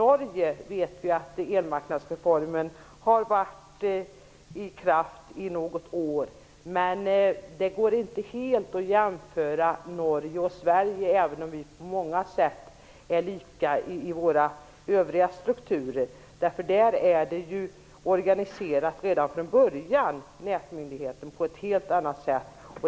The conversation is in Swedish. Vi vet att elmarknadsreformen i Norge har varit i kraft i något år, men det går inte riktigt att jämföra Norge och Sverige, även om länderna på många sätt är lika när det gäller de övriga strukturerna. I Norge är ju nätmyndigheten redan från början organiserad på ett helt annat sätt.